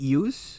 use